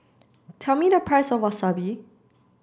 tell me the price of Wasabi